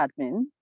admin